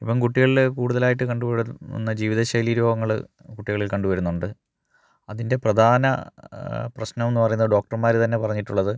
ഇപ്പം കുട്ടികളില് കൂടുതലായിട്ട് കണ്ട് വരുന്നത് ജീവിത ശൈലി രോഗങ്ങള് കുട്ടികളിൽ കണ്ട് വരുന്നുണ്ട് അതിൻ്റെ പ്രധാന പ്രശ്നമെന്ന് പറയുന്നത് ഡോക്ടർമാര് തന്നെ പറഞ്ഞിട്ടുള്ളത്